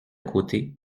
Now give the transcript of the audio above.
côté